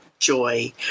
joy